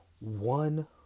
one